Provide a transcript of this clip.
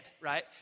right